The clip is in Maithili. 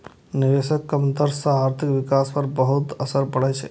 निवेशक कम दर सं आर्थिक विकास पर बहुत असर पड़ै छै